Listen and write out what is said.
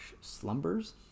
slumbers